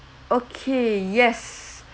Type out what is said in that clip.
okay yes